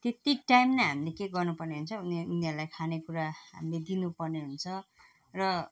त्यति टाइम नै हामीले के गर्नु पर्ने हुन्छ उनी उनीहरूलाई खानेकुरा हामीले दिनु पर्ने हुन्छ र